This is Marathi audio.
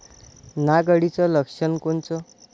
नाग अळीचं लक्षण कोनचं?